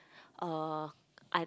uh